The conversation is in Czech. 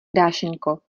dášeňko